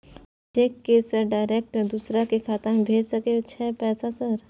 Cheque से sir direct दूसरा के खाता में भेज सके छै पैसा सर?